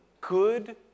good